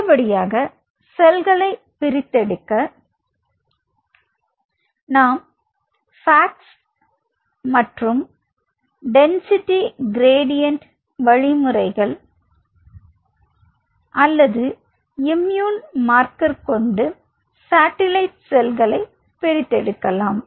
அடுத்தபடியாக செல்களை பிரித்தெடுக்க நாம் பாக்ஸ் மற்றும் டென்சிட்டி க்ராடியென்ட் முறைகள் அல்லதுஇம்மியூன் மார்க்கர் கொண்டு சாட்டிலைட் செல்களை பிரித்தெடுக்கலாம்